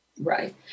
right